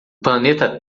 planeta